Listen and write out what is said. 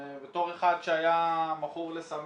בתור אחד שהיה מכור לסמים,